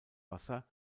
wasser